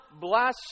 bless